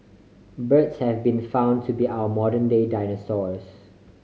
birds have been found to be our modern day dinosaurs